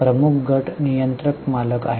प्रमुख गट नियंत्रक मालक आहे